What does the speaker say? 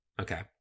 Okay